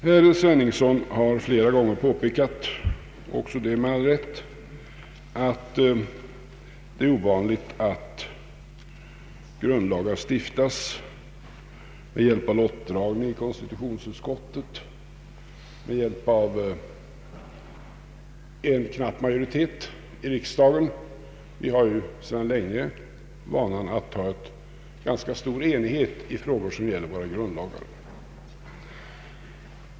Herr Sveningsson har flera gånger påpekat — också med all rätt — att det är ovanligt att grundlagar stiftas med hjälp av lottdragning i konstitutionsutskottet och med hjälp av en knapp majoritet i riksdagen. Vi har ju sedan länge vanan att ha ganska stor enighet i frågor som gäller våra grundlagar.